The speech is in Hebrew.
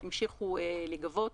המשיכו להיגבות.